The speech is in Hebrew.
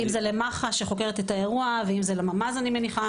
למח"ש שחוקרת את האירוע או לממ"ז, אני מניחה.